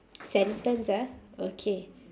sentence ah okay